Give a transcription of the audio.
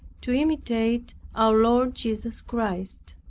to imitate our lord jesus christ.